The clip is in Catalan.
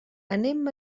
anem